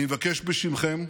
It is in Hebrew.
אני מבקש בשמכם,